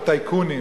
או טייקונים.